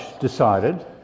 decided